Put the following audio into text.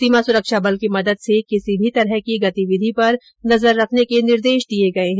सीमा सुरक्षा बल की मदद से किसी भी तरह की गतिविधि पर नजर रखने के निर्देश दिए गए हैं